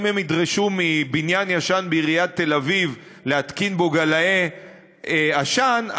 אם הם ידרשו שבבניין ישן בעיריית תל-אביב יותקן גלאי עשן,